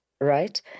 right